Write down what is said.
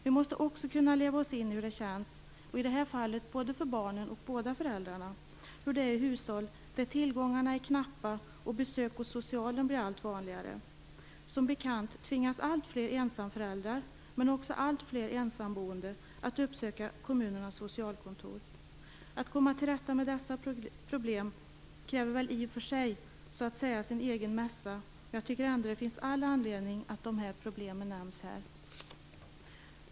Vi måste också kunna leva oss in i hur det känns både för barnen och föräldrarna i hushåll där tillgångarna är knappa och besök hos socialen blir allt vanligare. Som bekant tvingas alltfler ensamföräldrar, men också alltfler ensamboende, att uppsöka kommunernas socialkontor. Att komma till rätta med dessa problem kräver i och för sig sin egen mässa, men jag tycker att det finns all anledning att de här problemen nämns här.